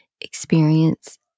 experience